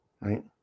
right